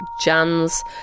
Jan's